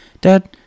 dad